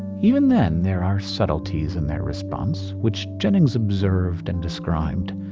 even then, there are subtleties in their response, which jennings observed and described.